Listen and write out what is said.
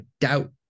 doubt